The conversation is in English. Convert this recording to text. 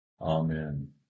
Amen